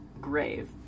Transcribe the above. grave